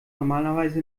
normalerweise